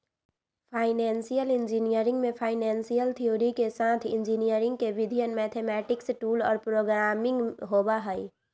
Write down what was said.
financial engineering में financial theory के साथ इंजीनियरिंग के विधियन, मैथेमैटिक्स टूल्स और प्रोग्रामिंग होबा हई